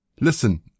Listen